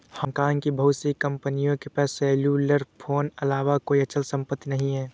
Hong Kong की बहुत सी कंपनियों के पास सेल्युलर फोन अलावा कोई अचल संपत्ति नहीं है